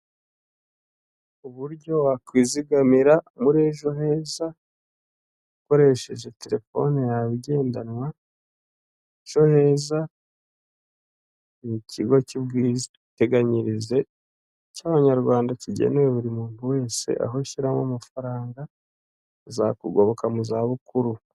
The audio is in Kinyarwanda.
Uburyo wakwizigamira muri Ejo Heza, ukoresheje telefone yawe igendanwa. Ejo Heza ni ikigo cy'ubwiteganyirize cy'Abanyarwanda kigenewe buri muntu wese aho ashyiramo amafaranga, akazakugoboka mu zabukuru.